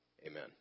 amen